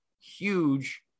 huge